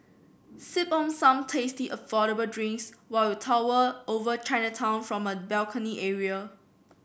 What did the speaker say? sip on some tasty affordable drinks while you tower over Chinatown from the balcony area